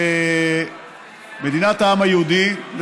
מדינת העם היהודי,